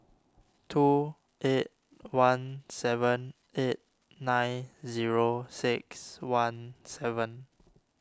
two eight one seven eight nine zero six one seven